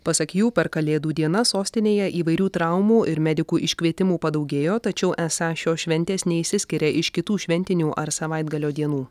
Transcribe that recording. pasak jų per kalėdų dienas sostinėje įvairių traumų ir medikų iškvietimų padaugėjo tačiau esą šios šventės neišsiskiria iš kitų šventinių ar savaitgalio dienų